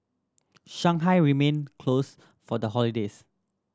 Shanghai remained closed for the holidays